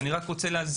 לגבי